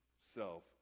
self